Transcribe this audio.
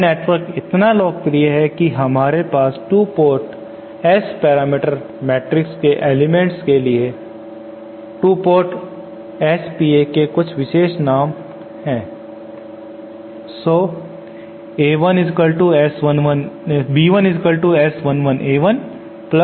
यह नेटवर्क इतना लोकप्रिय है कि हमारे पास 2 पोर्ट S पैरामीटर मैट्रिक्स के एलीमेंट्स के 2 पोर्ट SPa के लिए कुछ विशेष नाम है